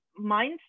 mindset